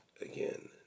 again